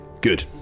Good